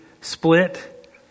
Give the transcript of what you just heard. Split